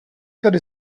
tedy